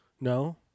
no